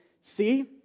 See